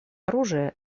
оружия